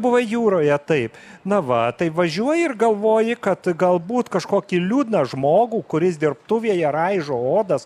buvai jūroje taip na va tai važiuoji ir galvoji kad galbūt kažkokį liūdną žmogų kuris dirbtuvėje raižo odas